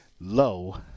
low